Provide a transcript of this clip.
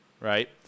right